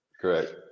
correct